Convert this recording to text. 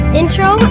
intro